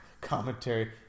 commentary